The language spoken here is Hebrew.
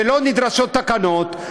ולא נדרשות תקנות,